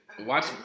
Watch